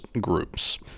groups